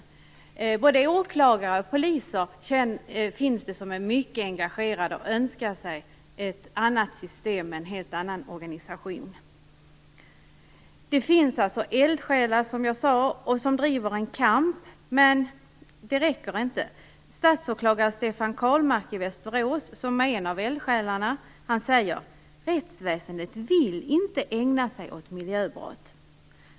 Det finns både åklagare och poliser som är mycket engagerade och önskar sig ett annat system med en helt annan organisation. Det finns alltså eldsjälar som driver en kamp, men det räcker inte. Statsåklagare Stefan Karlmark i Västerås, som är en av eldsjälarna, säger: Rättsväsendet vill inte ägna sig åt miljöbrott.